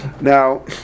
Now